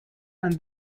and